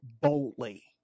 boldly